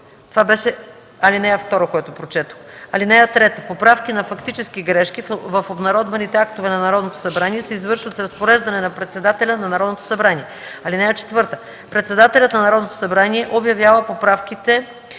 за поправките по ал. 1. (3) Поправки на фактически грешки в обнародваните актове на Народното събрание се извършват с разпореждане на председателя на Народното събрание. (4) Председателят на Народното събрание обявява поправките